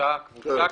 באותה קבוצה,